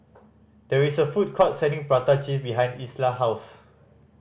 there is a food court selling prata cheese behind Isla house